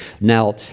Now